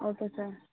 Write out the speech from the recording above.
okay sir